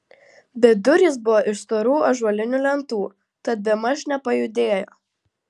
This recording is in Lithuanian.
bet durys buvo iš storų ąžuolinių lentų tad bemaž nepajudėjo